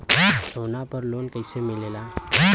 सोना पर loan कइसे मिलेला?